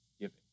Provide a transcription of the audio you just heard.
giving